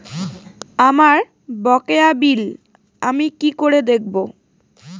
আমার বকেয়া বিল আমি কি করে দেখব?